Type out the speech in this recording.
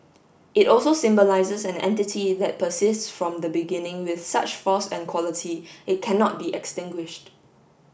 it also symbolises an entity that persists from the beginning with such force and quality it cannot be extinguished